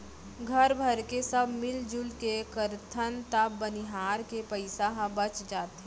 घर भरके सब मिरजुल के करथन त बनिहार के पइसा ह बच जाथे